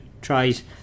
tries